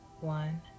one